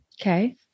Okay